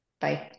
Bye